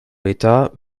l’état